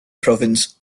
province